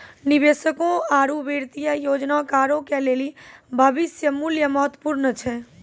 निवेशकों आरु वित्तीय योजनाकारो के लेली भविष्य मुल्य महत्वपूर्ण छै